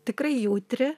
tikrai jautri